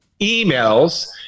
emails